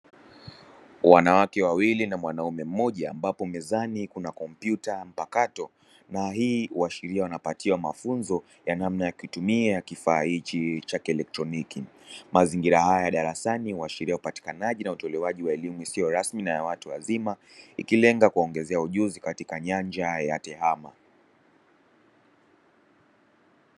Wanawake wawili na mwanaume mmoja ambapo mezani kuna kompyuta mpakato na hii huashiria wanapatiwa mafunzo ya namna ya kutumia kifaa hichi cha kielektroniki. Mazingira haya ya darasani huashiria upatikanaji na utolewaji wa elimu isiyo rasmi na ya watu wazima ikilenga kuwaongezea ujuzi katika nyanja ya tehama.